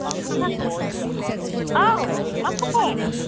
hello औ मा खबर